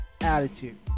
Attitude